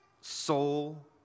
soul